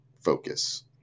focus